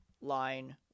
line